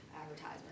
advertisement